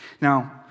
Now